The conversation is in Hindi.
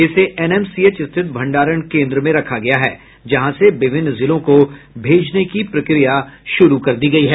इसे एनएमसीएच स्थित भंडारण केन्द्र में रखा गया है जहां से विभिन्न जिलों को भेजने की प्रक्रिया शुरू कर दी गयी है